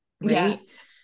Yes